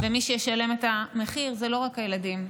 ומי שישלם את המחיר זה לא רק הילדים,